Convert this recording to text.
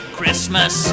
Christmas